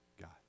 God